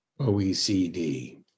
OECD